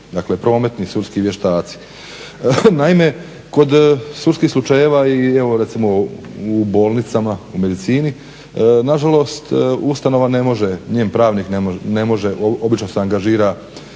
dakle prometni sudski vještaci. Naime, kod sudskih slučajeva i evo recimo u bolnicama, u medicini, nažalost ustanova ne može, njen pravnik ne može, obično se angažira